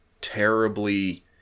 terribly